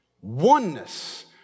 oneness